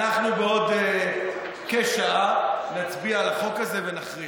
אנחנו בעוד כשעה נצביע על החוק הזה ונכריע.